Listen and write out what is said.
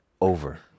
over